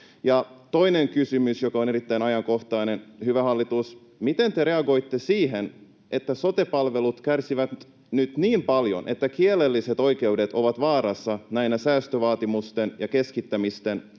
Toinen kysymys, joka on erittäin ajankohtainen: hyvä hallitus, miten te reagoitte siihen, että sote-palvelut kärsivät nyt niin paljon, että kielelliset oikeudet ovat vaarassa näinä säästövaatimusten ja keskittämisten